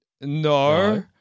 No